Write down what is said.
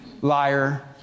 Liar